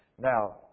Now